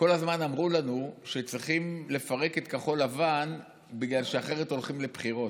כל הזמן אמרו לנו שצריכים לפרק את כחול לבן כי אחרת הולכים לבחירות.